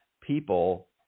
people